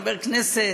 חבר כנסת,